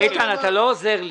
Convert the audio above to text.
איתן, אתה לא עוזר לי.